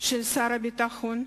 של שר הביטחון,